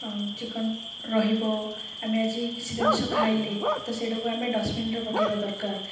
ଚିକ୍କଣ ରହିବ ଆମେ ଆଜି କିଛି ଜିନିଷ ଖାଇଲେ ତ ସେଇଟାକୁ ଆମେ ଡଷ୍ଟବିିନ୍ରେ ପକାଇବା ଦରକାର